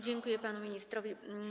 Dziękuję panu ministrowi.